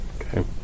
Okay